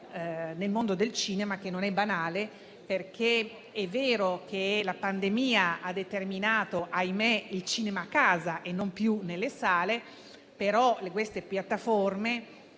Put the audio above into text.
nel mondo del cinema, che non è banale. È vero che la pandemia ha determinato - ahimè - il cinema a casa e non più nelle sale, però le piattaforme